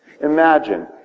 Imagine